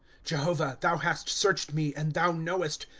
jehovah, thou hast searched me, and thou knowest.